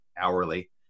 hourly